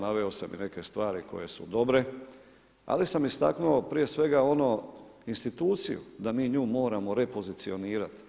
Naveo sam i neke stvari koje su dobre, ali sam istaknuo prije svega ono instituciju da mi nju moramo repozicionirati.